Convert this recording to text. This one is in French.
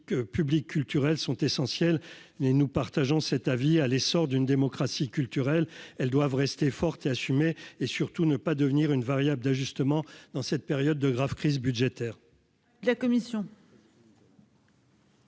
les politiques publiques culturelles sont essentielles et nous partageons cet avis à l'essor d'une démocratie culturelle, elles doivent rester fortes et assumées et surtout ne pas devenir une variable d'ajustement dans cette période de grave crise budgétaire. La commission.